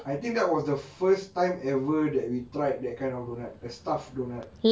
I think that was the first time ever that we tried that kind of donut that stuffed donut